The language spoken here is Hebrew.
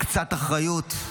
קצת אחריות.